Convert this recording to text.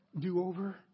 do-over